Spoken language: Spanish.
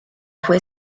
fue